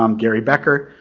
um gary becker.